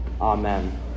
Amen